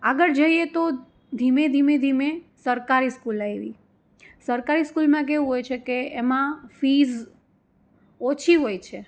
આગળ જઈએ તો ધીમે ધીમે સરકારી સ્કૂલ આવી સરકારી સ્કૂલમાં કેવું હોય છે કે એમાં ફીઝ ઓછી હોય છે